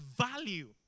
value